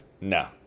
No